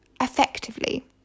effectively